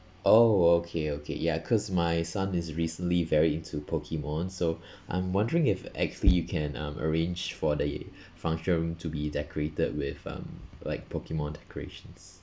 oh okay okay ya because my son is recently very into pokemon so I'm wondering if actually you can um arrange for the function room to be decorated with um like pokemon decorations